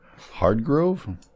Hardgrove